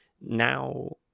now